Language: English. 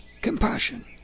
compassion